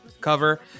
cover